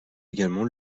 également